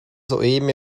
soeben